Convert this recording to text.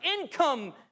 income